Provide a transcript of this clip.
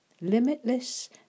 Limitless